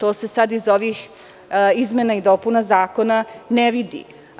To se sada iz ovih izmena i dopuna zakona ne vidi.